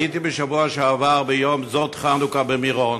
הייתי בשבוע שעבר ביום זאת חנוכה במירון,